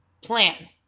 Plan